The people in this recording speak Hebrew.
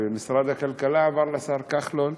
ומשרד הכלכלה עבר לשר כחלון,